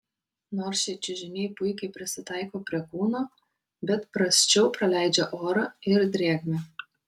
nors šie čiužiniai puikiai prisitaiko prie kūno bet prasčiau praleidžia orą ir drėgmę